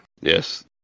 Yes